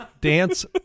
Dance